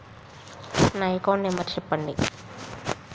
నా account number చెప్పండి?